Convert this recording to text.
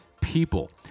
people